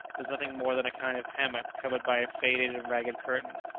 was nothing more than a kind of hammock covered by a faded and ragged curtain.